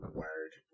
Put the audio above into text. word